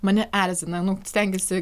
mane erzina nu stengiesi